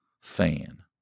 fan